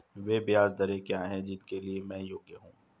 वे ब्याज दरें क्या हैं जिनके लिए मैं योग्य हूँ?